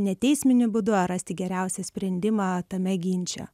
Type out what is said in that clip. neteisminiu būdu rasti geriausią sprendimą tame ginče